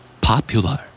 Popular